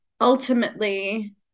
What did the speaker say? ultimately